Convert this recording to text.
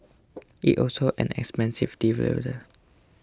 it's also an expensive